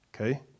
okay